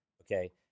Okay